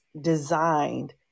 designed